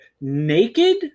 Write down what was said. Naked